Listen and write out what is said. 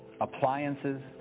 appliances